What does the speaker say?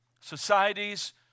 societies